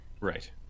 Right